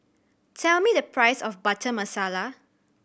tell me the price of Butter Masala